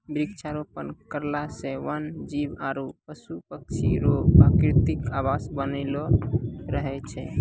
वृक्षारोपण करला से वन जीब आरु पशु पक्षी रो प्रकृतिक आवास बनलो रहै छै